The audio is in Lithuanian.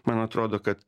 man atrodo kad